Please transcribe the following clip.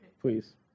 Please